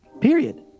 Period